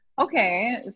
Okay